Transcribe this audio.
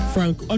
Frank